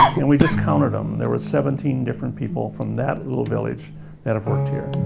and we just counted them. there were seventeen different people from that little village that have worked here.